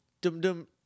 dum-dum